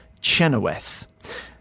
Chenoweth